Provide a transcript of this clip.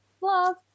Love